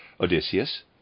Odysseus